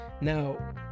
now